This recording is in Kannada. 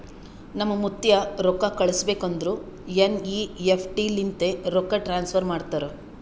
ನಮ್ ಮುತ್ತ್ಯಾ ರೊಕ್ಕಾ ಕಳುಸ್ಬೇಕ್ ಅಂದುರ್ ಎನ್.ಈ.ಎಫ್.ಟಿ ಲಿಂತೆ ರೊಕ್ಕಾ ಟ್ರಾನ್ಸಫರ್ ಮಾಡ್ತಾರ್